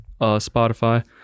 Spotify